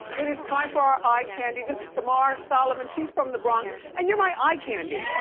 it is time for our eye candy, this is somara solomon, she's from the bronx, and you're my eye candy.